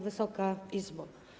Wysoka Izbo!